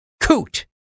coot